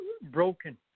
broken